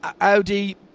Audi